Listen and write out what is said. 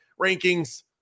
rankings